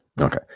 Okay